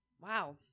Wow